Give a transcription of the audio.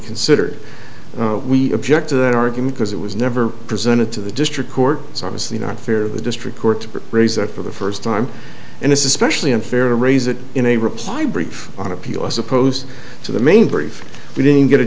considered we object to that argument because it was never presented to the district court it's obviously not fair the district court razor for the first time and it's especially unfair to raise it in a reply brief on appeal as opposed to the main brief we didn't get a